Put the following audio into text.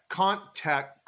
contact